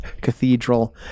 cathedral